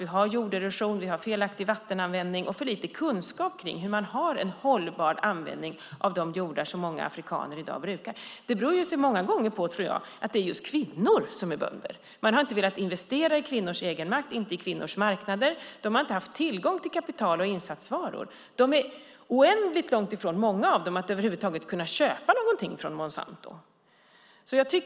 Vi har jorderosion, felaktig vattenanvändning och för lite kunskap om hållbar användning av de jordar som många afrikaner i dag brukar. Det beror många gånger på att det är kvinnor som är bönder, tror jag. Man har inte velat investera i kvinnors egenmakt eller kvinnors marknader. De har inte haft tillgång till kapital och insatsvaror. Många av dem är oändligt långt ifrån att över huvud taget kunna köpa någonting från Monsanto.